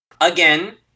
Again